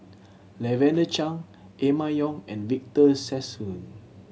Lavender Chang Emma Yong and Victor Sassoon